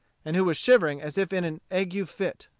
and who was shivering as if in an ague-fit.